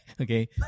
okay